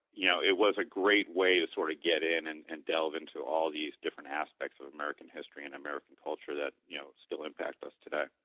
you know it was a great way to sort of get in and and delve into all these different aspects of american history and american culture that you know still impact us today